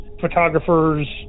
photographers